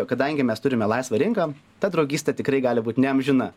o kadangi mes turime laisvą rinką ta draugystė tikrai gali būt ne amžina